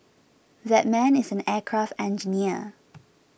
that man is an aircraft engineer